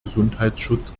gesundheitsschutz